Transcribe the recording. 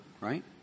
Right